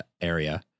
area